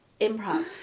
improv